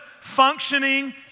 functioning